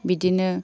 बिदिनो